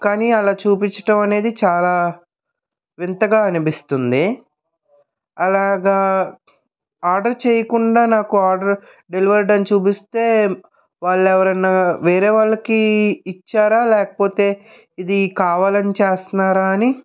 కానీ అలా చూపించడం అనేది చాలా వింతగా అనిపిస్తుంది అలాగా ఆర్డర్ చేయకుండా నాకు ఆర్డర్ డెలివెర్డ్ అని చూపిస్తే వాళ్ళేవరన్నా వేరే వాళ్ళకి ఇచ్చారా లేకపోతే ఇది కావాలని చేస్తున్నారా అని